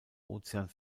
ozean